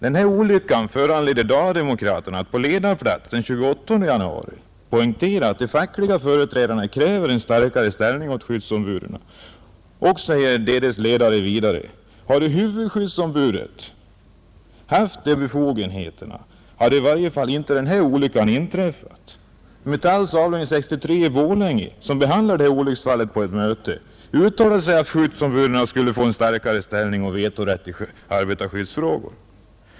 Den här olyckan föranledde Dala-Demokraten att på ledarplats den 28 januari poängtera att de fackliga företrädarna kräver en starkare ställning åt skyddsombuden. I ledaren framhölls vidare att om huvudskyddsombudet haft andra befogenheter så hade i varje fall inte den här olyckan inträffat. Metalls avdelning 63 i Borlänge, som behandlade detta olycksfall på ett möte, uttalade sig för att skyddsombuden skall få en starkare ställning och vetorätt i arbetarskyddsfrågor.